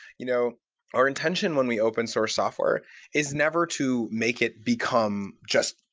you know our intention when we open-source software is never to make it become just,